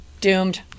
Doomed